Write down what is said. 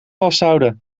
vasthouden